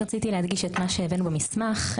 רציתי להדגיש את מה שהבאנו במסמך.